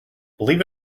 believe